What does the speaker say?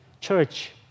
Church